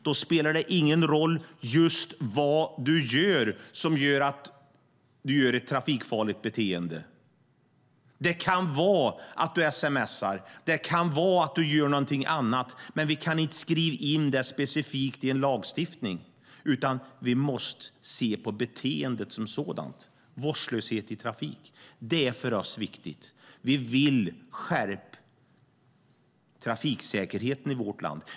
Då spelar det ingen roll vad det är som gör att man har ett trafikfarligt beteende. Det kan vara att man sms:ar eller att man gör någonting annat. Vi kan inte skriva in det specifikt i en lagstiftning, utan måste se på beteendet som sådant: vårdslöshet i trafik. Det är viktigt för oss. Vi vill skärpa trafiksäkerheten i vårt land.